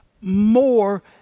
more